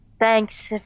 Thanks